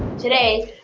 today,